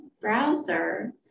browser